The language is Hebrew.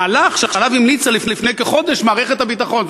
מהלך שעליו המליצה לפני כחודש מערכת הביטחון.